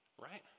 Right